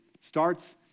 starts